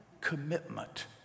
commitment